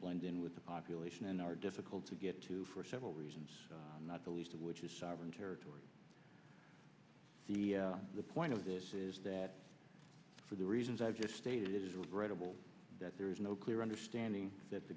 blend in with the population and are difficult to get to for several reasons not the least of which is sovereign territory the point of this is that for the reasons i just stated it is regrettable that there is no clear understanding that the